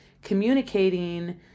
communicating